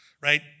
right